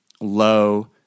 low